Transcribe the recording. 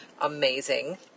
amazing